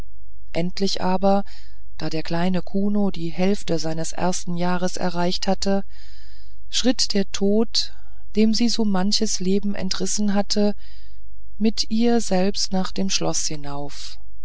endlich aber da der kleine kuno die hälfte seines ersten jahres erreicht hatte schritt der tod dem sie so manches leben entrissen hatte mit ihr selber nach dem schloß hinauf